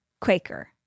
Quaker